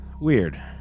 weird